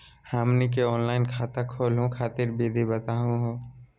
हमनी के ऑनलाइन खाता खोलहु खातिर विधि बताहु हो?